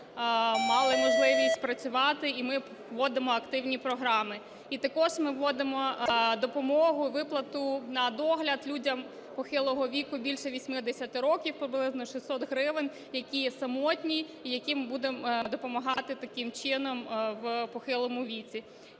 мали можливість працювати, і ми вводимо активні програми. І також ми вводимо допомогу виплату на догляд людям похилого віку більше 80 років приблизно 600 гривень, які самотні, і яким будемо допомагати таким чином в похилому віці.